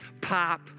pop